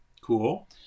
Cool